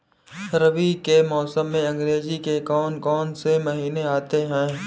रबी के मौसम में अंग्रेज़ी के कौन कौनसे महीने आते हैं?